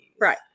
Right